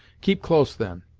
keep close then,